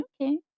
Okay